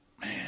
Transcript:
Man